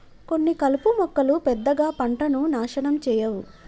కొన్ని కలుపు మొక్కలు పెద్దగా పంటను నాశనం చేయవు